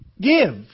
give